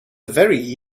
very